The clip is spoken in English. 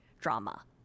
drama